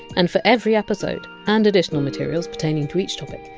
and for every episode and additional materials pertaining to each topic,